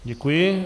Děkuji.